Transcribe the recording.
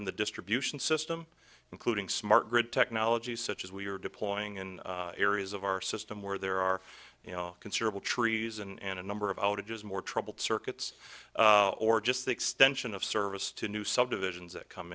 in the distribution system including smart grid technology such as we are deploying in areas of our system where there are you know considerable trees and a number of outages more troubled circuits or just the extension of service to new subdivisions that come